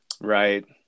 Right